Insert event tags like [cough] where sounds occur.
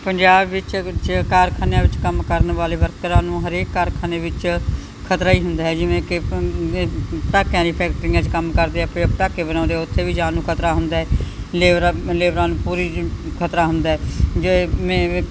ਪੰਜਾਬ ਵਿੱਚ ਉੱਚੇ ਕਾਰਖਾਨੇ ਵਿੱਚ ਕੰਮ ਕਰਨ ਵਾਲੇ ਵਰਕਰਾਂ ਨੂੰ ਹਰੇਕ ਕਾਰਖਾਨੇ ਵਿੱਚ ਖਤਰਾ ਹੀ ਹੁੰਦਾ ਹੈ ਜਿਵੇਂ ਕਿ [unintelligible] ਫੈਕਟਰੀਆਂ 'ਚ ਕੰਮ ਕਰਦੇ ਆ ਫਿਰ ਪਟਾਕੇ ਬਣਾਉਂਦੇ ਆ ਉੱਥੇ ਵੀ ਜਾਨ ਨੂੰ ਖਤਰਾ ਹੁੰਦਾ ਲੇਬਰ ਲੇਬਰਾਂ ਨੂੰ ਪੂਰੀ ਜ ਖਤਰਾ ਹੁੰਦਾ ਜਿਵੇਂ